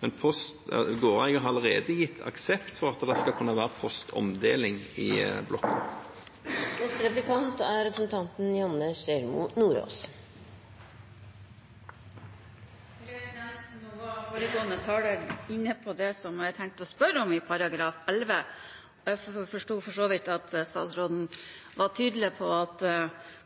har allerede gitt aksept for at det skal kunne være postomdeling i blokken. Foregående taler var inne på det jeg tenkte å spørre om når det gjelder § 11. Jeg forsto for så vidt at statsråden var tydelig på at